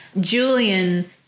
Julian